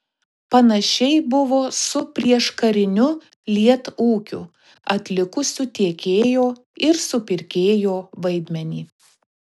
panašiai buvo su prieškariniu lietūkiu atlikusiu tiekėjo ir supirkėjo vaidmenį